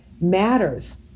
matters